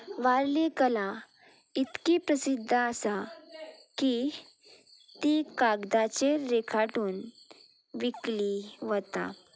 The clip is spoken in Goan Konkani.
वारली कला इतली प्रसिद्द आसा की ती कागदाचेर रेखाटून विकली वता